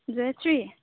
Jayashree